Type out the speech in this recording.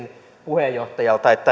puheenjohtajalta